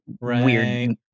weird